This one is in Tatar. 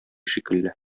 шикелле